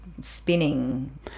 spinning